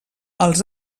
els